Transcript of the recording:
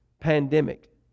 pandemic